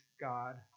God